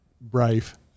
brave